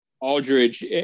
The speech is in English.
Aldridge